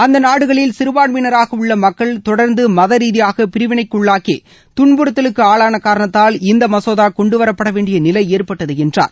அந்த நாடுகளில் சிறபான்மயினராக உள்ள மக்கள் தொடர்ந்து மத ரீதிபாக பிரிவினைக்குள்ளாகி துன்புறத்தலுக்கு ஆளான காரணத்தால் இந்த மசோதா கொண்டுவரப்பட வேண்டிய நிலை ஏற்பட்டது என்றார்